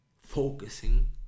focusing